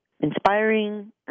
inspiring